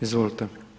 Izvolite.